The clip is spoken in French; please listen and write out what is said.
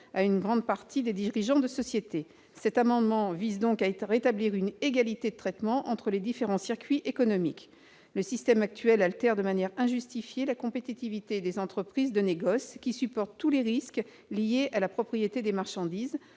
à une grande partie des dirigeants de société. Cet amendement vise donc à rétablir une égalité de traitement entre les différents circuits économiques. Le système actuel altère de manière injustifiée la compétitivité des entreprises de négoce, qui assument tous les risques liés à la propriété des marchandises,